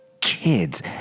kids